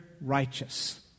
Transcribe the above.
righteous